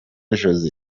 josée